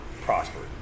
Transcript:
prospered